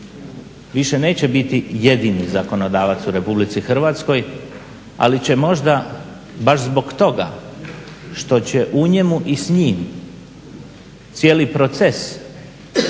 više neće biti jedini zakonodavac u RH, ali će možda baš zbog toga što će u njemu i s njim cijeli proces prilagodbe